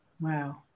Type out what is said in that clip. Wow